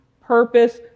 purpose